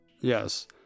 Yes